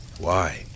Why